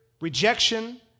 rejection